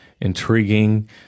intriguing